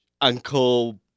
Uncle